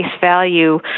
value